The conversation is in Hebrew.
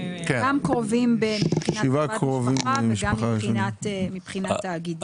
גם קרובים מבחינת קירבת משפחה וגם מבחינה תאגידית.